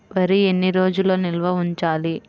వరి ఎన్ని రోజులు నిల్వ ఉంచాలి?